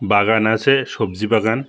বাগান আছে সবজি বাগান